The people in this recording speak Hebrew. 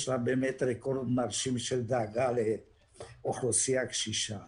יש לה באמת רקורד מרשים של דאגה לאוכלוסייה קשישה